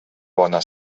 bona